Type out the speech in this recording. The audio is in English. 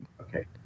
Okay